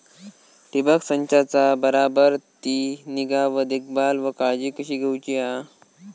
ठिबक संचाचा बराबर ती निगा व देखभाल व काळजी कशी घेऊची हा?